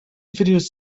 videos